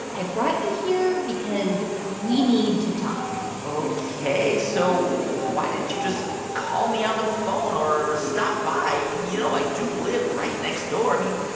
i brought you here because we need to talk ok. so why didn't you just call me on the phone or or stop by? you know, i do live right next door. i mean,